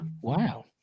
wow